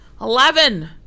Eleven